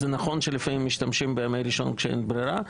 זה נכון שלפעמים משתמשים בימי ראשון כשאין ברירה,